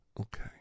Okay